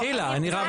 אבל גיא,